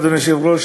אדוני היושב-ראש,